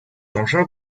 engins